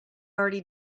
already